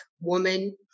woman